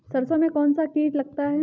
सरसों में कौनसा कीट लगता है?